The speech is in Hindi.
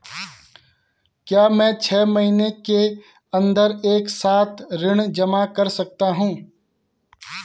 क्या मैं छः महीने के अन्दर एक साथ ऋण जमा कर सकता हूँ?